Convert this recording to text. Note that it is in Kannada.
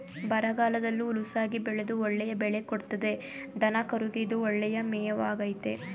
ಬರಗಾಲದಲ್ಲೂ ಹುಲುಸಾಗಿ ಬೆಳೆದು ಒಳ್ಳೆಯ ಬೆಳೆ ಕೊಡ್ತದೆ ದನಕರುಗೆ ಇದು ಒಳ್ಳೆಯ ಮೇವಾಗಾಯ್ತೆ